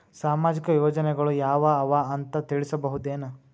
ಸಾಮಾಜಿಕ ಯೋಜನೆಗಳು ಯಾವ ಅವ ಅಂತ ತಿಳಸಬಹುದೇನು?